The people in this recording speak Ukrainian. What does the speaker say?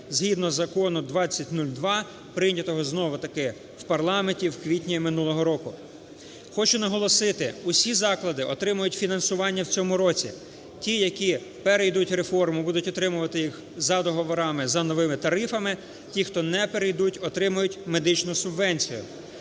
згідно Закону 2002, прийнятого знову-таки в парламенті в квітні минулого року. Хочу наголосити, усі заклади отримають фінансування в цьому році. Ті, які перейдуть реформу, будуть отримувати їх за договорами за новими тарифами; ті, хто не перейдуть, отримають медичну субвенцію.